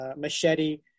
Machete